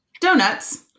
Donuts